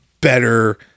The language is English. better